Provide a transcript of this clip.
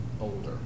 older